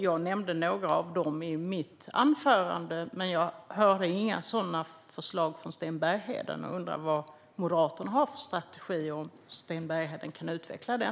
Jag nämnde några av dem i mitt anförande, men jag hörde inte några sådana förslag från Sten Bergheden. Jag undrar vad Moderaterna har för strategi och om Sten Bergheden kan utveckla den.